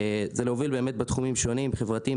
זה להוביל באמת בתחומים שונים: חברתיים,